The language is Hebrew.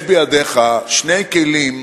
יש בידיך שני כלים